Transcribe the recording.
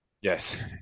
Yes